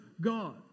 God